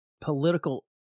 political